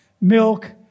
milk